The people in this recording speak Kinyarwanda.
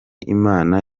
imana